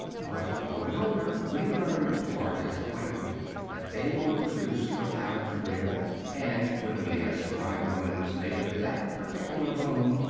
but, growing older, we learned to our disappointment that they were produced from adam's rib and when we asked why woman was made of that particular bone,